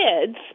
kids